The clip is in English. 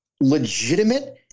legitimate